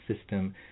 system